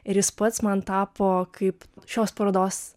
ir jis pats man tapo kaip šios parodos